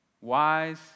wise